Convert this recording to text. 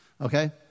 Okay